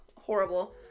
horrible